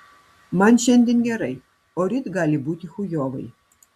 man šiandien gerai o ryt gali būti chujovai